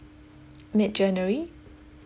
mid january